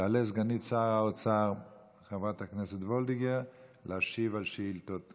תעלה סגנית שר האוצר חברת הכנסת וולדיגר להשיב על שאילתות